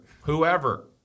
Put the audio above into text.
whoever